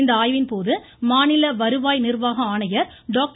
இந்த ஆய்வின் போது மாநில வருவாய் நிர்வாக ஆணையர் டாக்டர்